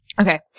Okay